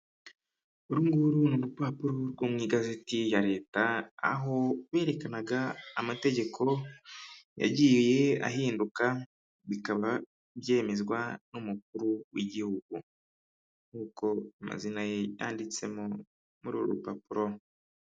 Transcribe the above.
Urunguru ni urupapuro rwo mu igazeti ya leta aho berekanaga amategeko yagiye ahinduka bikaba byemezwa n'umukuru w'igihugu nk'uko amazina ye yanditse muri uru rupapuro.